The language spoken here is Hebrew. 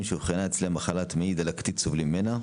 שאובחנה אצלם מחלת מעי דלקתית סובלים ממנה,